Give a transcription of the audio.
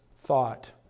thought